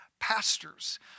pastors